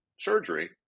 surgery